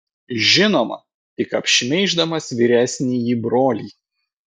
žinoma tik apšmeiždamas vyresnįjį brolį